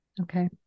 Okay